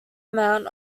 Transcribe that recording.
amount